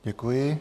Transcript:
Děkuji.